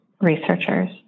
researchers